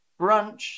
brunch